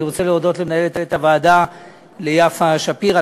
אני רוצה להודות למנהלת הוועדה יפה שפירא,